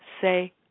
say